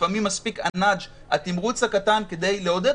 לפעמים מספיק התמרוץ הקטן כדי לעודד